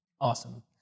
Awesome